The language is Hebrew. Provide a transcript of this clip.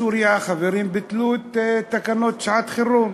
בסוריה החברים ביטלו את תקנות שעת-חירום.